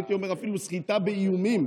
והייתי אומר אפילו סחיטה באיומים.